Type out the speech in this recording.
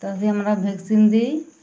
যদি আমরা ভ্যাকসিন দিই